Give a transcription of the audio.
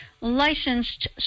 licensed